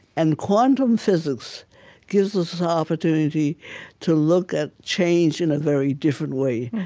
and quantum physics gives us the opportunity to look at change in a very different way,